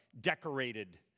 decorated